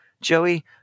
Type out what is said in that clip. Joey